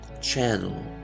channel